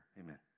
Amen